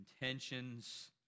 intentions